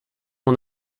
mon